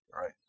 right